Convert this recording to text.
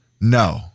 No